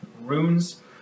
runes